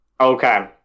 Okay